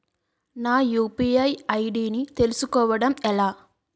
నా UPI ID ని తెలుసుకోవడం ఎలా?